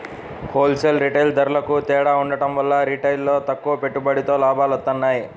whole sale, retail ధరలకూ తేడా ఉండటం వల్ల రిటైల్లో తక్కువ పెట్టుబడితో లాభాలొత్తన్నాయి